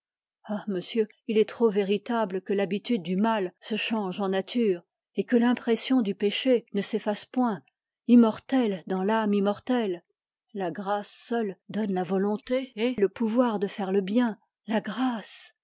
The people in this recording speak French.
ah monsieur il est trop véritable que l'habitude du mal se change en nature et que l'impression du péché ne s'efface point immortelle dans l'âme immortelle la grâce seule donne la volonté et le pouvoir de faire le bien la grâce